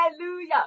Hallelujah